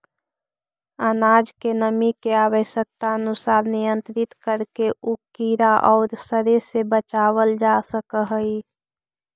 अनाज के नमी के आवश्यकतानुसार नियन्त्रित करके उ कीड़ा औउर सड़े से बचावल जा सकऽ हई